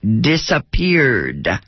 disappeared